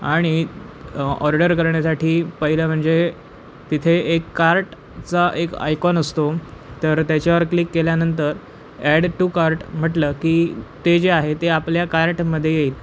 आणि ऑर्डर करण्यासाठी पहिलं म्हणजे तिथे एक कार्टचा एक आयकॉन असतो तर त्याच्यावर क्लिक केल्यानंतर ॲड टू कार्ट म्हटलं की ते जे आहे ते आपल्या कार्टमध्ये येईल